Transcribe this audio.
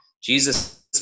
Jesus